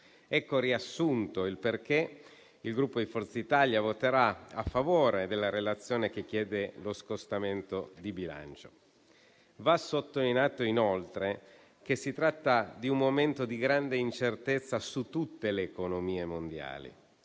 Ecco riassunto il motivo per cui il Gruppo Forza Italia voterà a favore della relazione che chiede lo scostamento di bilancio. Va sottolineato, inoltre, che si tratta di un momento di grande incertezza su tutte le economie mondiali.